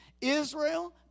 Israel